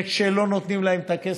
וכשלא נותנים להם את הכסף,